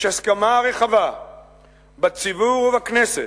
יש הסכמה רחבה בציבור ובכנסת,